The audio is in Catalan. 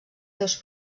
seus